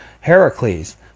Heracles